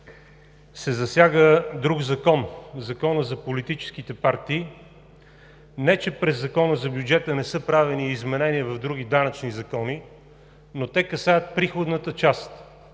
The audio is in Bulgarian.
се засяга друг закон – Законът за политическите партии. Не че през Закона за бюджета не са правени изменения в други данъчни закони, но те касаят приходната част